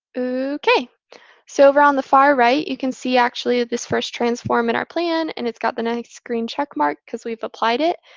so over on the far right, you can see, actually, this first transform in our plan. and it's got the nice green check mark because we've applied it.